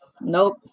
nope